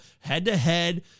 head-to-head